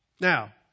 Now